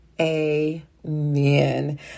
amen